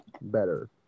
better